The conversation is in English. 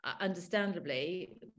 Understandably